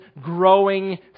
growing